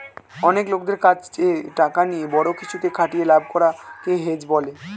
অনেক লোকদের কাছে টাকা নিয়ে বড়ো কিছুতে খাটিয়ে লাভ করা কে হেজ বলে